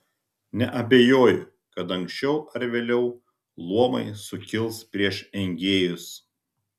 neabejoju kad anksčiau ar vėliau luomai sukils prieš engėjus